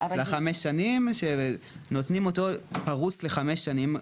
של החמש שנים שנותנים אותו פרוש לחמש שנים,